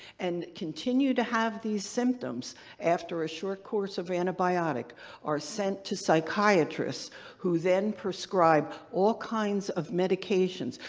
and continue to have these symptoms after a short course of antibiotics are sent to psychiatrists who then prescribe all kinds of medications.